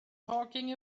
talking